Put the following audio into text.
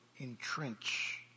entrench